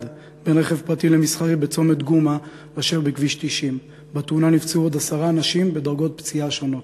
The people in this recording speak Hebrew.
בין רכב פרטי למסחרי בצומת גומא אשר בכביש 90. בתאונה נפצעו עוד עשרה אנשים בדרגות פציעה שונות.